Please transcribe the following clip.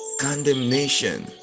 Condemnation